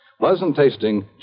Pleasant-tasting